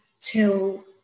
till